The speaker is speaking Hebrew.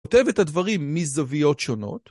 ‫כותב את הדברים מזוויות שונות.